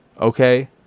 okay